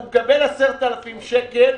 הוא מקבל 10,000 שקל.